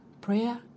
Prayer